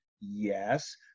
Yes